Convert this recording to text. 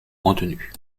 contenu